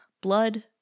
blood